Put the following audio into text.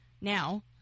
now